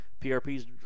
PRP's